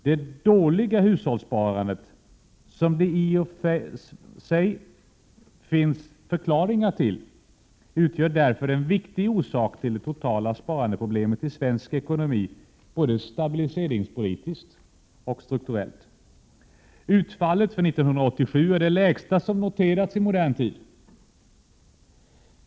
Det dåliga hushållssparandet, som det i och för sig finns förklaringar till, utgör därför en viktig orsak till det totala sparandeproblemet i svensk ekonomi både stabiliseringspolitiskt och strukturellt. Utfallet för 1987 är det lägsta som noterats i modern tid.